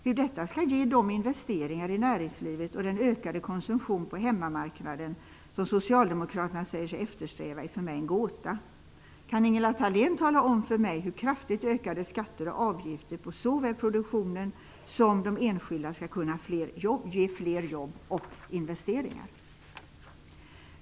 Hur detta skall kunna ge de investeringar i näringslivet och den ökade konsumtion på hemmamarknaden som socialdemokraterna säger sig eftersträva är för mig en gåta. Kan Ingela Thalén tala om för mig hur kraftigt ökade skatter och avgifter på såväl produktionen som de enskilda skall kunna ge fler jobb och investeringar?